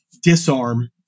disarm